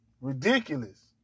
ridiculous